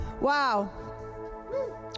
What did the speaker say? Wow